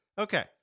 Okay